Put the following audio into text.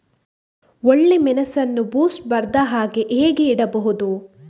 ಒಳ್ಳೆಮೆಣಸನ್ನು ಬೂಸ್ಟ್ ಬರ್ದಹಾಗೆ ಹೇಗೆ ಇಡಬಹುದು?